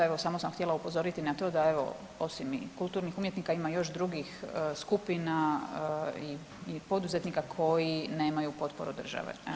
Evo samo sam htjela upozoriti na to da evo osim i kulturnih umjetnika ima i još drugih skupina i poduzetnika koji nemaju potporu države.